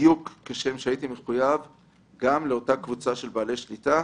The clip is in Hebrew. בדיוק כשם שהייתי מחויב לאותה קבוצה של בעלי שליטה,